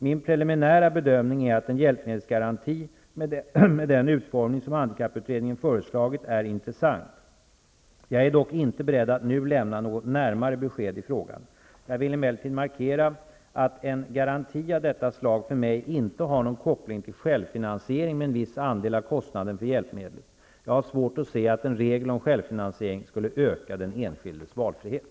Min preliminära bedömning är att en hjälpmedelsgaranti med den utformning som handikapputredningen föreslagit är intressant. Jag är dock inte beredd att nu lämna något närmare besked i frågan. Jag vill emellertid markera att en garanti av detta slag för mig inte har någon koppling till självfinansiering med en viss andel av kostnaden för hjälpmedlet. Jag har svårt att se att en regel om självfinansiering skulle öka den enskildes valfrihet.